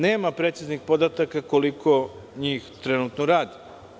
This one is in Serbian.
Nema preciznih podataka koliko njih trenutno radi.